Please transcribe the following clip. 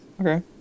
Okay